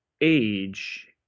age